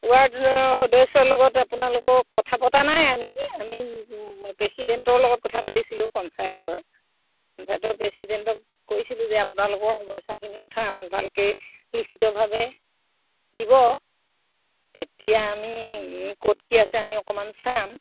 ward সদস্যৰ লগত আপোনালোকৰ কথা পতা নাই আমি আমি প্ৰেচিডেণ্টৰ লগত কথা পাতিছিলো পঞ্চায়তৰ পঞ্চায়তৰ প্ৰেচিডেণ্টক কৈছিলো যে আপোনালোকৰ সমস্যাখিনি কথা আমাক ভালকৈ লিখিতভাৱে দিব তেতিয়া আমি ক'ত কি আছে আমি অকণমান চাম